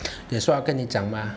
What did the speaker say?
that's why 我跟你讲吗